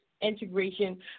integration